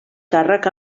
càrrec